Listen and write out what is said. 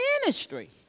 ministry